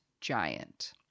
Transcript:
giant